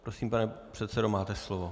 Prosím, pane předsedo, máte slovo.